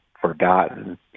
forgotten